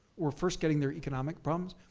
were first getting their economic problems,